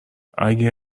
اگه